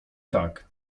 tak